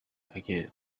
again